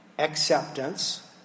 acceptance